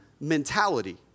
mentality